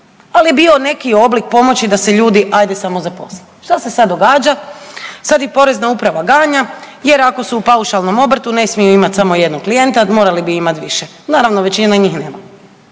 al je bio neki oblik pomoći da se ljudi ajde samozaposle. Šta se sad događa? Sad ih porezna uprava ganja jer ako su u paušalnom obrtu ne smiju imat samo jednog klijenta, morali bi imat više, naravno većina njih nema.